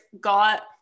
got